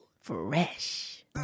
Fresh